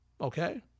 okay